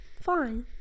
Fine